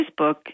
Facebook